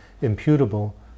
imputable